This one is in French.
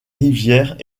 rivières